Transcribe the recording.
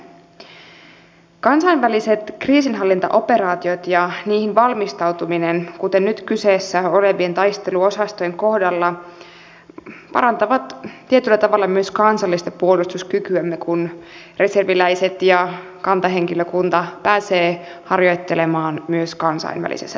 kansainväliset kriisinhallintaoperaatiot ja niihin valmistautuminen kuten nyt kyseessä olevien taisteluosastojen kohdalla parantavat tietyllä tavalla myös kansallista puolustuskykyämme kun reserviläiset ja kantahenkilökunta pääsevät harjoittelemaan myös kansainvälisessä toiminnassa